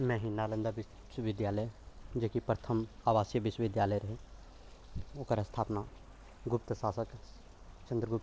मे ही नालन्दा विश्वविद्यालय जेकि प्रथम आवासीय विश्वविद्यालय रहै ओकर स्थापना गुप्त शासक चन्द्रगुप्त